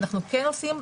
אנחנו כן עושים,